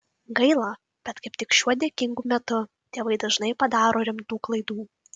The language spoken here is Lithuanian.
gaila bet kaip tik šiuo dėkingu metu tėvai dažnai padaro rimtų klaidų